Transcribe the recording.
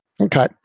okay